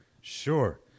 Sure